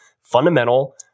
fundamental